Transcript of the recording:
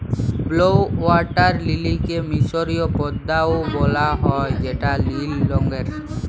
blue water লিলিকে মিসরীয় পদ্দা ও বলা হ্যয় যেটা লিল রঙের